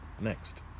Next